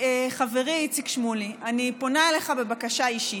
חברי איציק שמולי, אני פונה אליך בבקשה אישית: